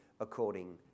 according